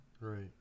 Right